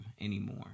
anymore